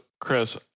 Chris